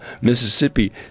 Mississippi